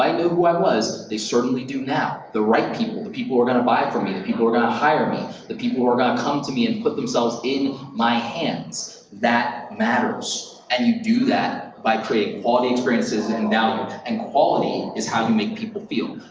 knew who i was, they certainly do now. the right people, the people who are gonna buy from me, the people who are gonna hire me. the people who are gonna come to me and put themselves in my hands. that matters, and you do that by creating quality experiences and value, and quality is how you make people feel.